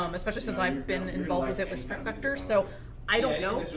um especially since i've been involved with it with sprint vector. so i don't know.